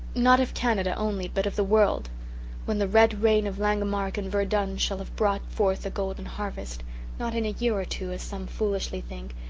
not of canada only but of the world when the red rain of langemarck and verdun shall have brought forth a golden harvest not in a year or two, as some foolishly think,